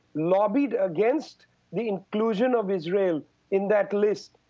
lobbied against the inclusion of israel in that list.